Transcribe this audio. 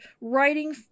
writing